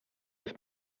with